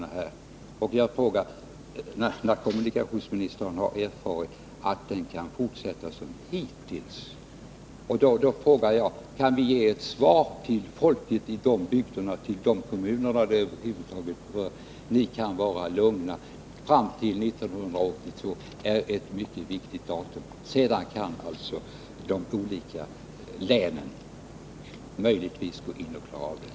18 november 1980 Eftersom kommunikationsministern erfarit att den kan fortsätta som hittills frågar jag: Kan vi säga till människorna i de bygderna, i de kommuner Om åtgärder för som berörs, att de kan vara lugna fram till 1982? Det är ett mycket viktigt att förebygga järndatum. Sedan kan de olika länen möjligtvis klara upp situationen.